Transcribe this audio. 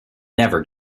never